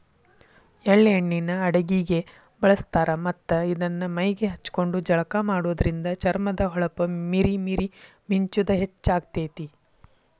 ಎಳ್ಳ ಎಣ್ಣಿನ ಅಡಗಿಗೆ ಬಳಸ್ತಾರ ಮತ್ತ್ ಇದನ್ನ ಮೈಗೆ ಹಚ್ಕೊಂಡು ಜಳಕ ಮಾಡೋದ್ರಿಂದ ಚರ್ಮದ ಹೊಳಪ ಮೇರಿ ಮೇರಿ ಮಿಂಚುದ ಹೆಚ್ಚಾಗ್ತೇತಿ